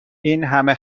اینهمه